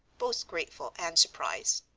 both grateful and surprised.